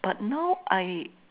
but now I